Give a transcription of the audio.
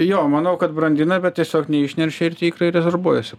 jo manau kad brandina bet tiesiog neišnešia ir tie ikrai rezorbuojasi